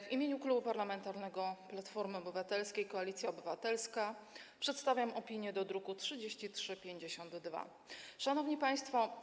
W imieniu Klubu Parlamentarnego Platforma Obywatelska - Koalicja Obywatelska przedstawiam opinię o druku nr 3352. Szanowni Państwo!